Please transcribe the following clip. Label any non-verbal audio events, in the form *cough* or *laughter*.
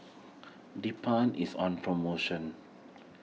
*noise* Bedpans is on promotion